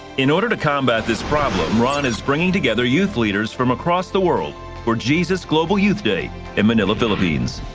in order to combat this problem he is bringing together youth leaders from across the world for jesus global youth day um and in the philippines.